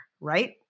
right